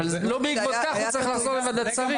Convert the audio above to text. אבל לא בעקבות כך הוא צריך לחזור לוועדת שרים.